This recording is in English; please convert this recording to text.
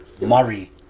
Murray